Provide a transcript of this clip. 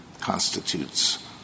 constitutes